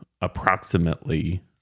approximately